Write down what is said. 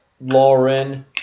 Lauren